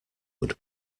would